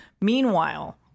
Meanwhile